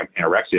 anorexia